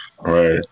Right